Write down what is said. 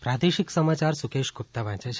પ્રાદેશિક સમાચાર સુકેશ ગુપ્તા વાંચે છે